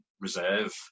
reserve